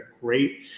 great